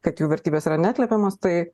kad jų vertybės yra neatlepiamos tai